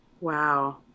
Wow